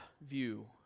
view